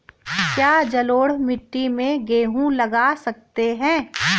क्या जलोढ़ मिट्टी में गेहूँ लगा सकते हैं?